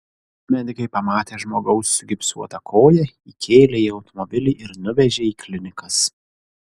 medikai pamatę žmogaus sugipsuotą koją įkėlė į automobilį ir nuvežė į klinikas